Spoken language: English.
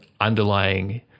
underlying